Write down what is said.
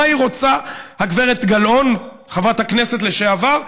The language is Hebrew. מה היא רוצה, הגב' גלאון, חברת הכנסת לשעבר?